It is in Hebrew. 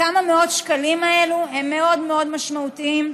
הכמה-מאות שקלים האלה הם מאוד מאוד משמעותיים.